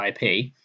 IP